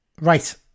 Right